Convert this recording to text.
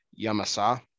Yamasa